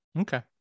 Okay